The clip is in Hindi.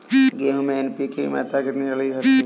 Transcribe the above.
गेहूँ में एन.पी.के की मात्रा कितनी डाली जाती है?